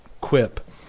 quip